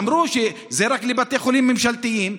אמרו שזה רק לבתי חולים ממשלתיים,